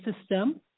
system